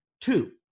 Two